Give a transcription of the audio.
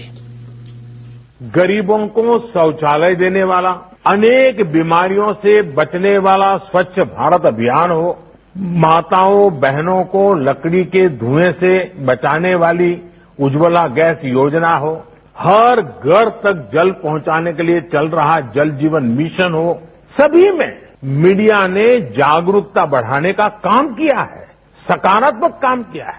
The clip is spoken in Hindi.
बाईट पीएम गरीबों को शौचालय देने वाला अनेक बीमारियों से बचने वाला स्वच्छ भारत अभियान हो माताओं बहनों को लकड़ी के धूंए से बचाने वाली उज्ज्वला गैस योजना हो हर घर तक जल पहुंचाने के लिए चल रहा जल जीवन मिशन हो सभी में मीडिया ने जागरूकता बढ़ाने का काम किया है सकारात्क काम किया है